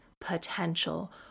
potential